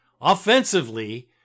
Offensively